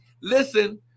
listen